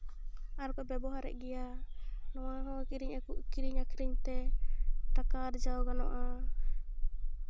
ᱟᱨᱠᱚ ᱵᱮᱵᱚᱦᱟᱨᱮᱜ ᱠᱟᱱ ᱜᱮᱭᱟ ᱱᱚᱣᱟ ᱦᱚᱸ ᱠᱤᱨᱤᱧ ᱠᱤᱨᱤᱧ ᱟᱠᱷᱨᱤᱧ ᱛᱮ ᱴᱟᱠᱟ ᱟᱨᱡᱟᱣ ᱜᱟᱱᱚᱜᱼᱟ